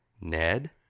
Ned